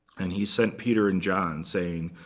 and he sent peter and john saying,